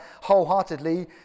wholeheartedly